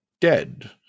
dead